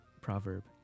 proverb